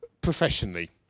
professionally